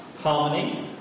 harmony